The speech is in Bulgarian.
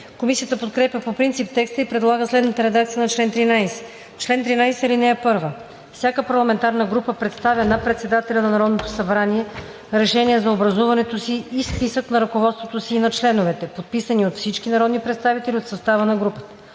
Комисията подкрепя по принцип текста и предлага следната редакция на чл. 13: „Чл. 13. (1) Всяка парламентарна група представя на председателя на Народното събрание решение за образуването си и списък на ръководството и на членовете, подписани от всички народни представители от състава на групата.